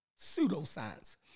pseudoscience